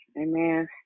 Amen